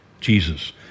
Jesus